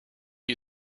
you